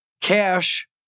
Cash